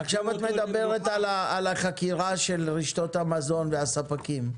עכשיו את מדברת על החקירה של רשתות המזון והספקים,